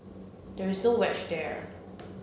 there is no wedge there